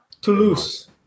Toulouse